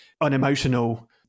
unemotional